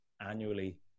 annually